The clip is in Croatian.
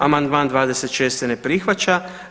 Amandman 26. se ne prihvaća.